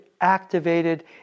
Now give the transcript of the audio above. activated